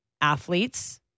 athletes